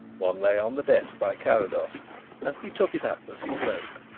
one lay on the desk by carrados and he took it up as he spoke.